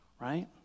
right